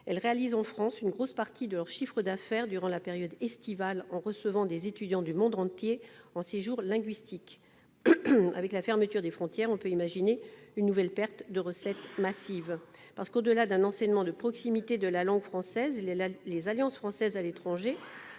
Elles réalisent en France une grosse partie de leur chiffre d'affaires durant la période estivale, en recevant des étudiants du monde entier en séjour linguistique. Avec la fermeture des frontières, on peut craindre une nouvelle perte de recettes massive. Au-delà de l'enseignement de proximité de la langue française qu'elles dispensent, les Alliances françaises à l'étranger